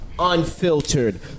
Unfiltered